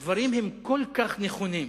אבל הדברים הם כל כך נכונים.